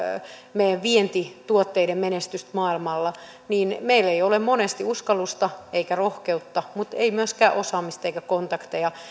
meidän vientituotteidemme menestystä maailmalla niin meillä ei ole monesti uskallusta eikä rohkeutta mutta ei myöskään osaamista eikä kontakteja